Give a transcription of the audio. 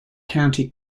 county